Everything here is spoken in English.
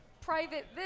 private